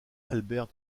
albert